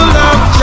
love